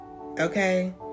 Okay